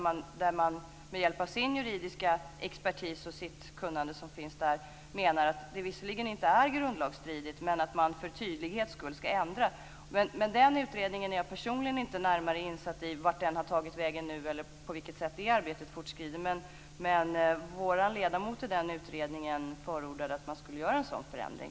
Med stöd i sin juridiska expertis och sitt kunnande menar utredarna att detta visserligen inte är grundlagsstridigt men att man för tydlighetens skull skall ändra. Jag är personligen inte närmare insatt i vart denna utredning har tagit vägen nu eller på vilket sätt det arbetet fortskrider, men vår ledamot i utredningen förordade att man skulle göra en sådan förändring.